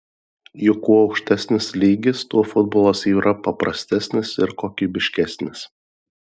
juk kuo aukštesnis lygis tuo futbolas yra paprastesnis ir kokybiškesnis